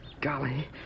Golly